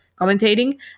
commentating